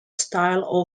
style